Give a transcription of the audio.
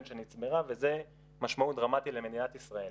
שנצברה וזה משמעות דרמטית למדינת ישראל.